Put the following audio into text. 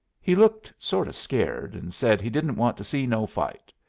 he looked sort of scared, and said he didn't want to see no fight.